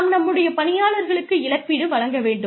நாம் நம்முடைய பணியாளர்களுக்கு இழப்பீடு வழங்க வேண்டும்